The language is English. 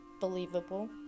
believable